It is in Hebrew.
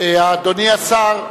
כבוד השר ארדן,